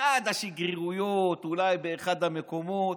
באחת השגרירויות, אולי באחד המקומות,